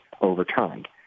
overturned